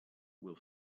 will